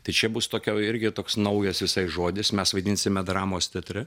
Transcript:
tai čia bus tokia irgi toks naujas visais žodis mes vaidinsime dramos teatre